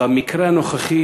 במקרה הנוכחי